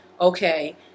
okay